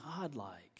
Godlike